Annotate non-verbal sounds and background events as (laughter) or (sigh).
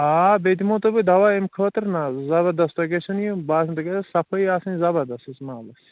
آ بیٚیہِ دِمو تۄہہِ بہٕ دوا اَمہِ خٲطرٕ نہٕ حظ زَبردست تۄہہِ گژھیو نہٕ یہِ باسُن تۄہہِ گَژھیو صفٲیی آسٕنۍ زبردَس (unintelligible) مالَس